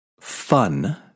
fun